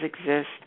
exist